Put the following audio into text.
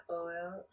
oil